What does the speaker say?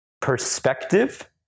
perspective